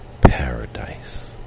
paradise